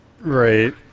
Right